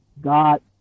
God